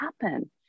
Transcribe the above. happen